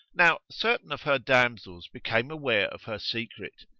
now certain of her damsels became aware of her secret,